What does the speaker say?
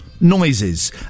noises